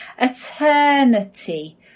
eternity